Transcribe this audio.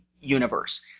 universe